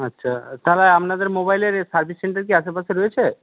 আচ্ছা তাহলে আপনাদের মোবাইলের সার্ভিস সেন্টার কি আশেপাশে রয়েছে